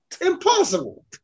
impossible